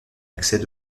accède